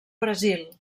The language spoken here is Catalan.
brasil